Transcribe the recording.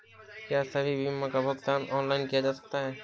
क्या सभी बीमा का भुगतान ऑनलाइन किया जा सकता है?